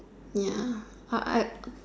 ya I